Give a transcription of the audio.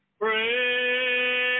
Pray